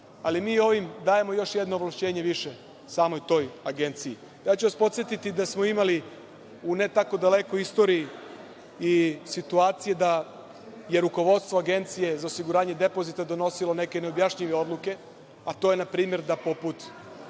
ali mi ovim dajemo još jedno ovlašćenje više samoj toj Agenciji. Podsetiću vas da smo imali u ne tako dalekoj istoriji i situacije da je rukovodstvo Agencije za osiguranje depozita donosilo neke neobjašnjive odluke, a to je, na primer, da poput